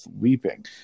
weeping